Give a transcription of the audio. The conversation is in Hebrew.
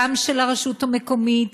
גם של הרשות המקומית,